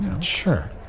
Sure